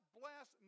bless